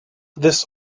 this